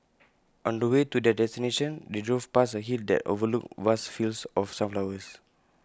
on the way to their destination they drove past A hill that overlooked vast fields of sunflowers